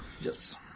Yes